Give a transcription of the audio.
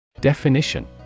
Definition